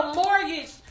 mortgage